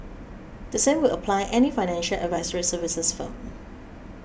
the same will apply any financial advisory services firm